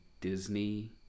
Disney